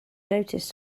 noticed